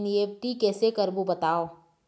NEFT कैसे करबो बताव?